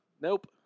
Nope